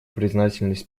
признательность